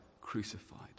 crucified